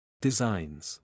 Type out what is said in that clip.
Designs